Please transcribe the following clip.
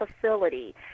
facility